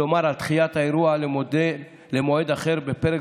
כלומר על דחיית האירוע למועד אחר בפרק